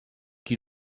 qui